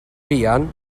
fuan